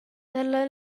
dalla